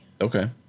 Okay